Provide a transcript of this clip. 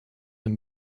ein